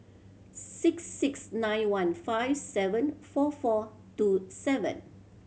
six six nine one five seven four four two seven